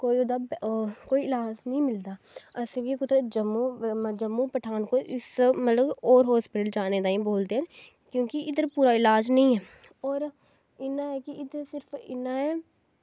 कोई ओह्दा कोई इलाज़ नी मिलदा असेंगी कुतै जम्मू पठानकोट मतलव की होर हस्पिटल जाने तांई बोलदे न क्योंकि इध्दर पूरा इलाज़ नी ऐ और इयां ऐ कि इध्दर सिर्फ इन्ना ऐ